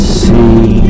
see